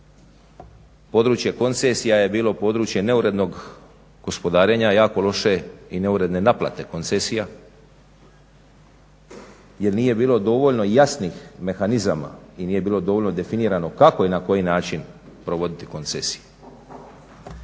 Područje koncesija je bilo područje neurednog gospodarenja, jako loše i neuredne naplate koncesija jel nije bilo dovoljno jasnih mehanizama i nije bilo dovoljno definirano kako i na koji način provoditi koncesije.